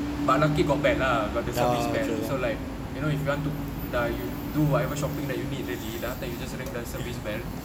but lucky got bell ah got the service bell so like you know if you want to like do whatever shopping that you need already then after that you ring the service bell